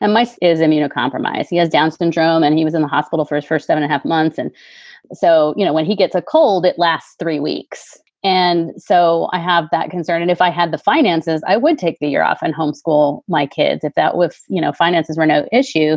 and my son so is immunocompromised. he has down syndrome. and he was in the hospital for his first ten and a half months. and so, you know, when he gets a cold, it lasts three weeks. and so i have that concern. and if i had the finances, i wouldn't take the year off and homeschool my kids if that with, you know, finances were no issue